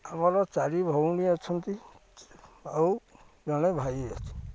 ଆମର ଚାରି ଭଉଣୀ ଅଛନ୍ତି ଆଉ ଜଣେ ଭାଇ ଅଛି